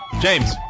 James